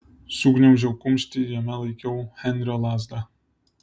sugniaužiau kumštį jame laikiau henrio lazdą